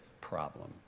problem